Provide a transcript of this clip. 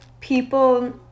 people